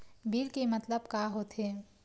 Bill के मतलब का होथे?